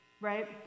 right